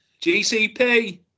GCP